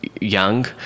young